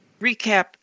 recap